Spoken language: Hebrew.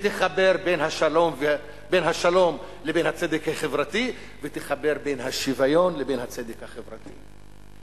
שתחבר בין השלום לבין הצדק החברתי ותחבר בין השוויון לבין הצדק החברתי.